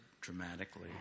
dramatically